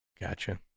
Gotcha